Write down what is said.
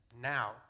now